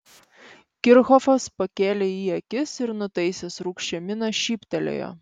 kirchhofas pakėlė į jį akis ir nutaisęs rūgščią miną šyptelėjo